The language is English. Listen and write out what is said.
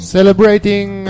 Celebrating